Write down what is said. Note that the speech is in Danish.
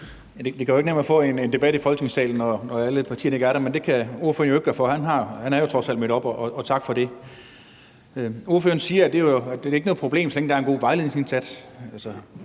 det jo ikke nemmere at få en debat i Folketingssalen, når alle partierne ikke er der, men det kan ordføreren jo ikke gøre for. Han er jo trods alt mødt op, og tak for det. Ordføreren siger, at det ikke er noget problem, så længe der er en god vejledningsindsats.